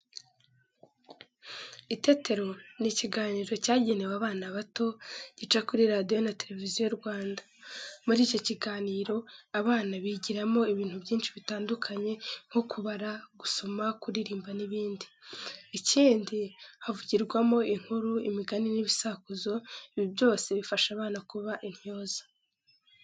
Itetero ni ikiganiro cyagenewe abana bato, gica kuri Radiyo na Televiziyo Rwanda. Muri icyo kiganiro abana bigiramo ibintu byinshi bitandukanye nko kubara, gusoma, kuririmba n'ibindi. Ikindi, havugirwamo inkuru, imigani n'ibisakuzo, ibi byose bifasha abana kuba intyoza.